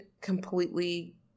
completely